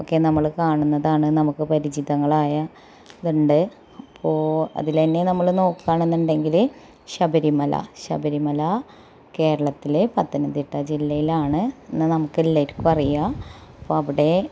ഒക്കെ നമ്മൾ കാണുന്നതാണ് നമുക്ക് പരിചിതങ്ങളായ ഇതൂണ്ട് ഇപ്പോൾ അതിൽ തന്നെ നമ്മൾ നോക്കുക ആണെന്നുണ്ടെങ്കിൽ ശബരിമല ശബരിമല കേരളത്തിലെ പത്തനംത്തിട്ട ജില്ലയിലാണ് എന്ന് നമ്മൾക്ക് എല്ലാവർക്കും അറിയാം അപ്പോൾ അവിടെ